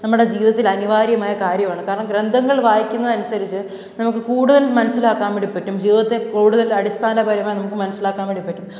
നമ്മുടെ ജീവിതത്തിൽ അനിവാര്യമായ കാര്യമാണ് കാരണം ഗ്രന്ഥങ്ങൾ വായിക്കുന്നത് അനുസരിച്ച് നമുക്ക് കൂടുതൽ മനസ്സിലാക്കാൻ വേണ്ടി പറ്റും ജീവിതത്തെ കൂടുതൽ അടിസ്ഥാനപരമായി നമുക്ക് മനസിലാക്കാൻ വേണ്ടി പറ്റും